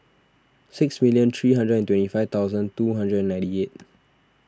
six million three hundred and twenty five thousand two hundred and ninety eight